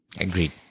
Agreed